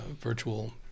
virtual